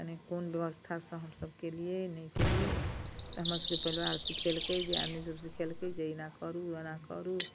कनि कोन व्यवस्था से हमसब केलियै नहि केलियै तऽ हमर सबके परिवार सीखेलकै दियादनी सब सीखलकै जे एना करू ओना करू